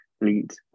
lead